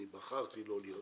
בחרתי לא להיות פה